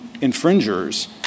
infringers